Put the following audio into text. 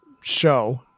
show